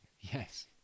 yes